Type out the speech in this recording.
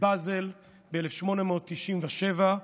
בבזל ב-1897,